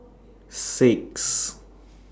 six